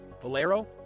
Valero